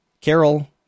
Carol